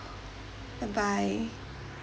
bye bye